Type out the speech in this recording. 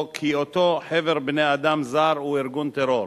או כי אותו חבר בני-אדם זר הוא ארגון טרור.